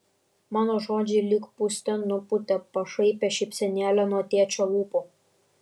mano žodžiai lyg pūste nupūtė pašaipią šypsenėlę nuo tėčio lūpų